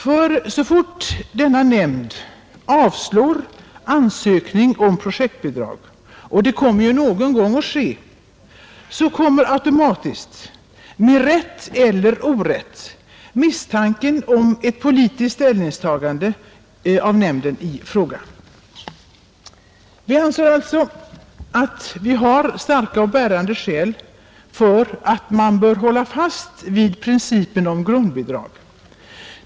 För så fort en sådan nämnd avslår ansökningar om projektbidrag — och detta kommer ju någon gång att hända — så kommer automatiskt, med rätt eller orätt, misstanken om ett politiskt ställningstagande av nämnden i fråga. Vi anser alltså att vi har starka och bärande skäl för att man bör hålla fast vid principen om grundbidrag.